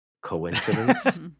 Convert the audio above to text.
Coincidence